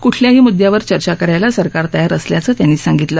कुठल्याही मुद्दयावर चर्चा करायला सरकार तयार असल्याचं त्यांनी सांगितलं